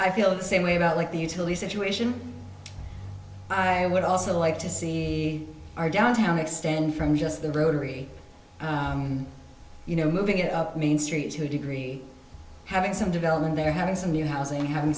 i feel the same way about like the utilities situation i would also like to see our downtown extend from just the rotary you know moving it up main street to degree having some development there having some new housing having